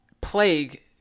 plague